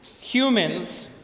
humans